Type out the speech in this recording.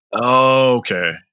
okay